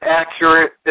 accurate